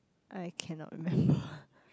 I cannot remember